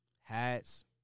hats